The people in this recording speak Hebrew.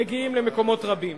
מגיעות למקומות רבים.